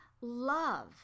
Love